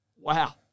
Wow